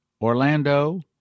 Orlando